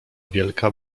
wielka